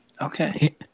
Okay